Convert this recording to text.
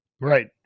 Right